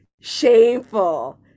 shameful